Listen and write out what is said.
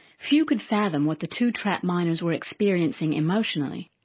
few could fathom what the two trapped miners were experiencing emotionally.